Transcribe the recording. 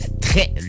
très